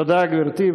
תודה, גברתי.